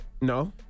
No